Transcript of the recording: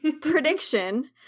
Prediction